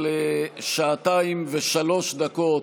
אבל שעתיים ושלוש דקות